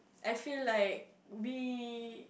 I feel like we